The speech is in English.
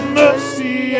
mercy